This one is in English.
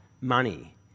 money